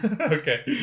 Okay